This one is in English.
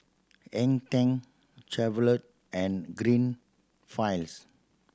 Hang Ten Chevrolet and Greenfields